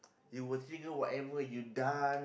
you will trigger whatever you done